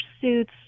suits